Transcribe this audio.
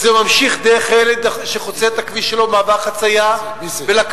זה ממשיך דרך הילד שחוצה את הכביש שלא במעבר חצייה ולקשיש